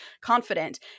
confident